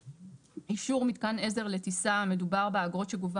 אישור מתקן עזר לטיסה - מדובר באגרות שגובה